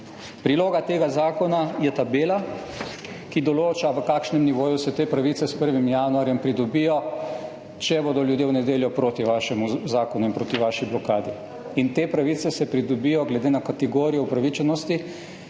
Priloga tega Zakona je tabela, ki določa, v kakšnem nivoju se te pravice s 1. januarjem pridobijo, če bodo ljudje v nedeljo proti vašemu zakonu in proti vaši blokadi. Te pravice se pridobijo glede na kategorijo upravičenosti,